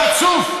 חצוף.